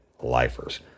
lifers